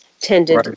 tended